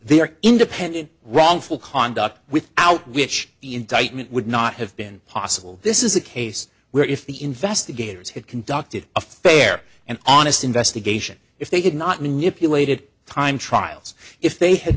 their independent wrongful conduct without which the indictment would not have been possible this is a case where if the investigators had conducted a fair and honest investigation if they did not manipulated time trials if they had